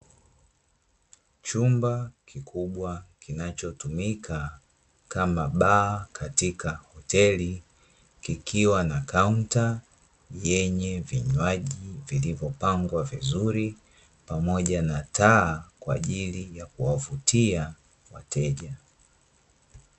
Chumba kikubwa kinachotumika kama baa katika hoteli, kikiwa na kaunta yenye vinywaji vilivyopangwa vizuri pamoja na taa kwa ajiri ya kuwavutia wateja.